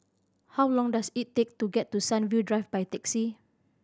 how long does it take to get to Sunview Drive by taxi